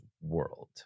world